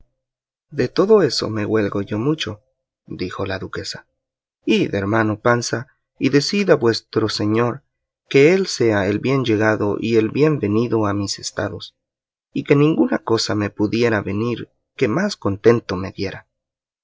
de todo eso me huelgo yo mucho dijo la duquesa id hermano panza y decid a vuestro señor que él sea el bien llegado y el bien venido a mis estados y que ninguna cosa me pudiera venir que más contento me diera